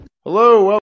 Hello